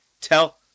tell